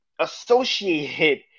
associated